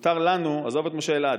מותר לנו, עזוב את משה אלעד,